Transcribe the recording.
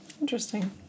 Interesting